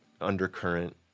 undercurrent